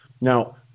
Now